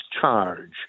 charge